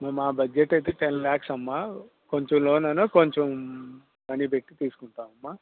మా బడ్జెట్ అయితే టెన్ లాక్స్ అమ్మా కొంచెం లోను కొంచం మనీ పెట్టి తీసుకుంటాం అమ్మా